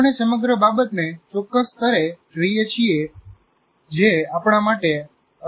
આપણે સમગ્ર બાબતને ચોક્કસ સ્તરે જોઈએ છીએ જે આપણા માટે અર્થપૂર્ણ બની શકે છે